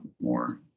more